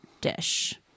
dish